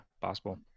possible